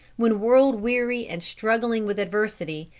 when world-weary and struggling with adversity,